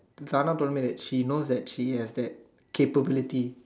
Sarah told me that she knows that she has that capability